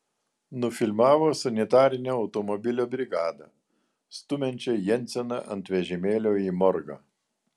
nufilmavo sanitarinio automobilio brigadą stumiančią jenseną ant vežimėlio į morgą